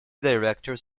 directors